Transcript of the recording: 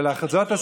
שפשוט,